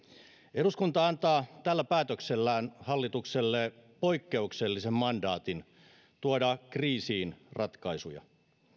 eduskunta antaa tällä päätöksellään hallitukselle poikkeuksellisen mandaatin tuoda kriisiin ratkaisuja